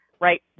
right